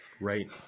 Right